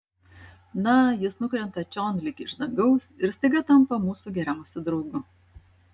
na jis nukrenta čion lyg iš dangaus ir staiga tampa mūsų geriausiu draugu